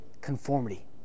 conformity